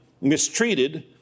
mistreated